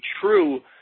true